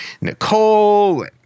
Nicole